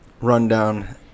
rundown